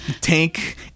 Tank